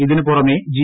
ഇതിനു പുറമെ ജി